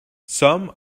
some